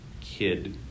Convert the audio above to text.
kid